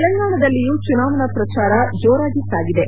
ತೆಲಂಗಾಣದಲ್ಲಿಯೂ ಚುನಾವಣೆ ಪ್ರಚಾರ ಜೋರಾಗಿ ಸಾಗಿದೆ